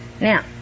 Now